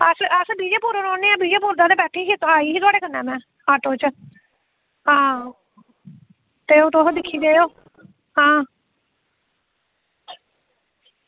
अस अस विजयपुर रौह्ने आं विजयपुर दा गै बैठी ही ते आई ही थुआढ़े कन्नै में आं ते हून तुस दिक्खी लैयो आं